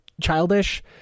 childish